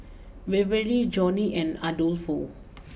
Waverly Johnie and Adolfo